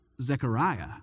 Zechariah